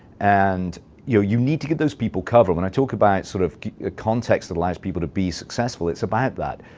and you know you need to give those people cover. when i talk about sort of a context that allows people to be successful, it's about that.